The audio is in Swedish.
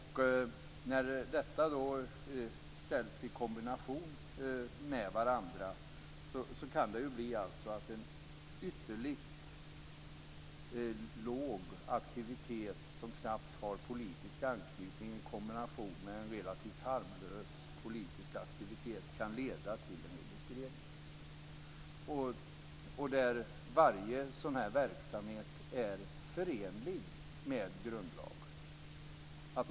När dessa kombineras kan det bli så att en ytterligt liten aktivitet som knappt har någon politisk anknytning eller är en politiskt harmlös aktivitet kan ligga till grund för en registrering, även om varje verksamhet är förenlig med grundlagen.